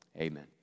Amen